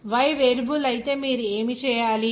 Y variable అయితే మీరు ఏమి చేయాలి